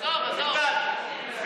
מקווה מאוד שבהמשך נוכל להעביר את